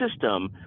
system